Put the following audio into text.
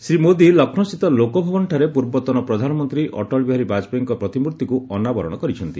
ଶ୍ରୀ ମୋଦୀ ଲକ୍ଷ୍ନୌସ୍ଥିତ ଲୋକଭବନଠାରେ ପୂର୍ବତନ ପ୍ରଧାନମନ୍ତ୍ରୀ ଅଟଳବିହାରୀ ବାଜପେୟୀଙ୍କ ପ୍ରତିମୂର୍ତ୍ତିକୁ ଅନାବରଣ କରିଛନ୍ତି